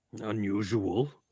Unusual